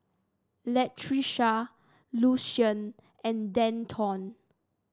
Latricia Lucien and Denton